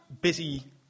busy